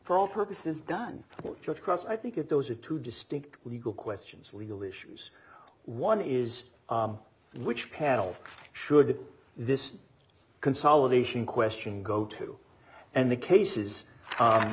all purposes done just across i think that those are two distinct legal questions legal issues one is which panel should this consolidation question go to and the cases